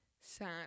Sad